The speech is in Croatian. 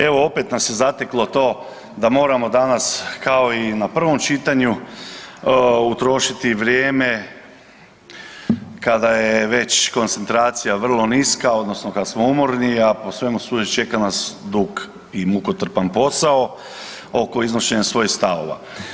Evo opet nas je zateklo to da moramo danas kao i na prvom čitanju utrošiti vrijeme kada je već koncentracija vrlo niska odnosno kad smo umorni, a po svemu sudeći čeka nas dug i mukotrpan posao oko iznošenja svojih stavova.